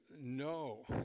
no